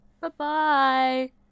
Bye-bye